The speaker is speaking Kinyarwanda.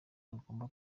yagombye